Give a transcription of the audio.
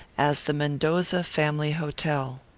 as the mendoza family hotel.